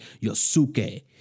Yosuke